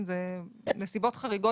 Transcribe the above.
חבר הכנסת טיבי,